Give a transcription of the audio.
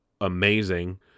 amazing